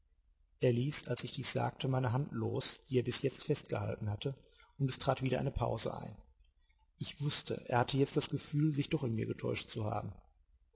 er ließ als ich dies sagte meine hand los die er bis jetzt fest gehalten hatte und es trat wieder eine pause ein ich wußte er hatte jetzt das gefühl sich doch in mir getäuscht zu haben